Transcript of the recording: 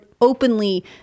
openly